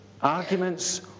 arguments